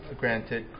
granted